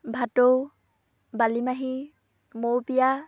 ভাটৌ বালিমাহী মৌপিয়া